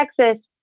Texas